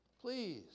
Please